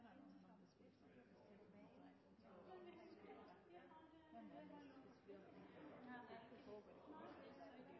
her. Det er